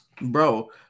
Bro